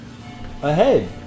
ahead